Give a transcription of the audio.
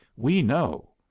we know.